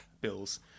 bills